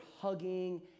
hugging